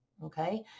Okay